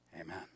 Amen